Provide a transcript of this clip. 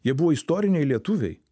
jie buvo istoriniai lietuviai